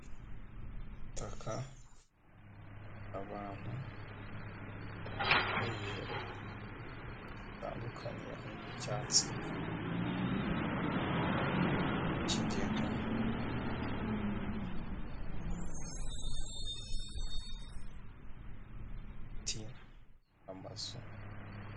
Itaka, abantu bambayeje ijire zitandukanye harimo n'icyatsi, umuhondo, ikigega, ikigo cy' amashuri, ibiti, amazu.